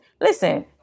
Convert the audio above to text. Listen